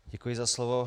Děkuji za slovo.